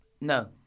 No